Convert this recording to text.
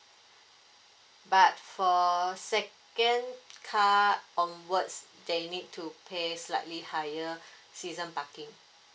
but for second car onwards onwards they need to pay slightly higher season parking